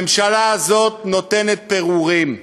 הממשלה הזאת נותנת פירורים,